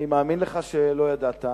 אני מאמין לך שלא ידעת,